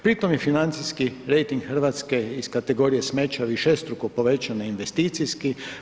Pri tome je financijski rejting Hrvatske iz kategorije smeća višestruko povećan na investicijski.